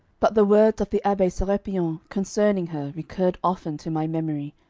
but the words of the abbe serapion concerning her recurred often to my memory,